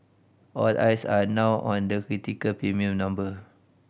all eyes are now on that critical premium number